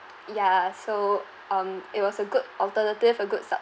ya so um it was a good alternative a good